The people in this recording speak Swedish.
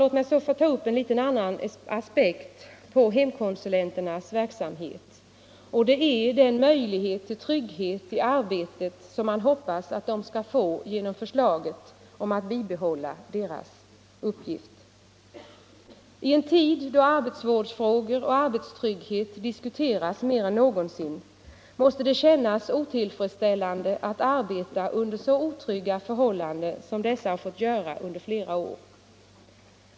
Låt mig ta upp en annan aspekt på hemkonsulenternas verksamhet, nämligen den möjlighet till trygghet i arbetet som man hoppas att de skall få genom förslaget om att deras uppgift skall bibehållas. I en tid då arbetsvårdsfrågor och arbetstrygghet diskuteras mer än någonsin måste det kännas otillfredsställande att arbeta under så otrygga förhållanden som hemkonsulenterna har fått göra under flera år.